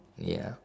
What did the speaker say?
ya